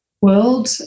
world